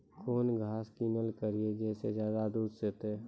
कौन घास किनैल करिए ज मे ज्यादा दूध सेते?